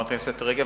חברת הכנסת רגב,